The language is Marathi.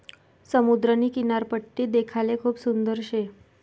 समुद्रनी किनारपट्टी देखाले खूप सुंदर शे